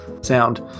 sound